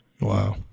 Wow